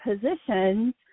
positions